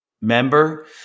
member